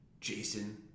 Jason